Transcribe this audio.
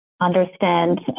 understand